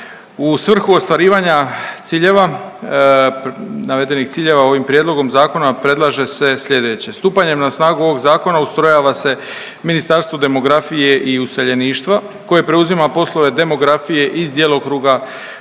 U svrhu ostvarivanja ciljeva, ovim prijedlogom zakona predlaže se sljedeće: Stupanjem na snagu ovog zakona ustrojava se Ministarstvo demografije i useljeništva koje preuzima poslove demografije iz djelokruga